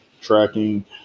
tracking